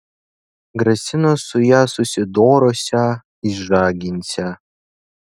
grasino su ja susidorosią išžaginsią